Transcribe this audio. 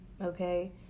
Okay